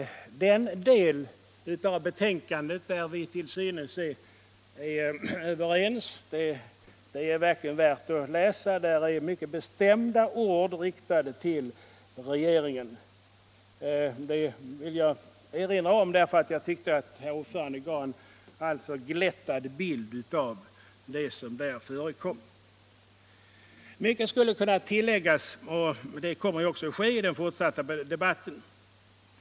Den del av betänkandet där vi är överens är verkligen värd att läsas. Där riktas mycket bestämda ord till regeringen. Jag vill erinra om detta, eftersom jag tycker att utskottets ordförande gav en alltför glättad bild av det som där berörs. Mycket skulle kunna tilläggas, och det kommer också att ske i den fortsatta debatten.